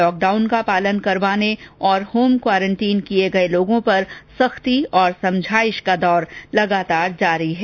lock down का पालन करवाने और होम क्वॉरेंटाइन किए गए लोगों पर सख्ती और समझाइश का दौर लगातार जारी है